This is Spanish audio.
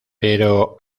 pero